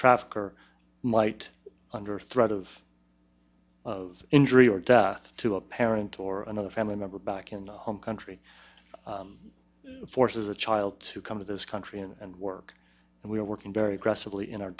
trafficker might under threat of of injury or death to a parent or another family member back in the home country forces a child to come to this country and work and we are working very aggressively in our